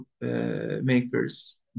makers